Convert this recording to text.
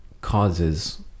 causes